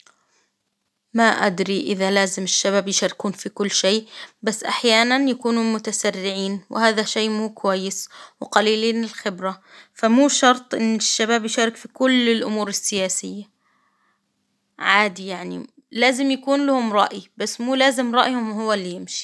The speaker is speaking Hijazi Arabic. ما أدري إذا لازم الشباب يشاركون في كل شي، بس أحيانا يكونوا متسرعين، وهذا شي مو كويس، وقليلين الخبرة، فمو شرط إن الشباب يشارك في كل الأمور السياسية، عادي يعني لازم يكون لهم رأي بس مو لازم رأيهم هو اللي يمشي.